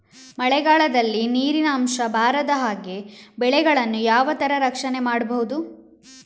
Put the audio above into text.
ಮಳೆಗಾಲದಲ್ಲಿ ನೀರಿನ ಅಂಶ ಬಾರದ ಹಾಗೆ ಬೆಳೆಗಳನ್ನು ಯಾವ ತರ ರಕ್ಷಣೆ ಮಾಡ್ಬಹುದು?